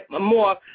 more